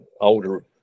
older